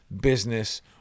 business